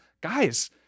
guys